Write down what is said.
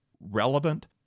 relevant